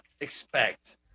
expect